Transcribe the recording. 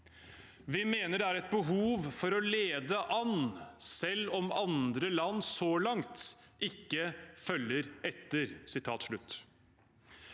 Vi mener det er et behov for å lede an, selv om andre land så langt ikke følger etter.